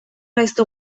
gaizto